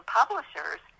publishers